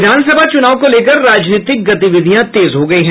विधान सभा चुनाव को लेकर राजनीतिक गतिविधियां तेज हो गई हैं